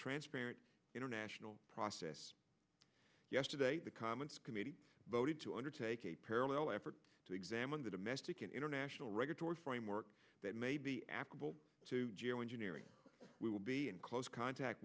transparency international process yesterday the commons committee voted to undertake a parallel effort to examine the domestic and international regulatory framework that may be applicable to geo engineering we will be in close contact